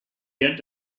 yet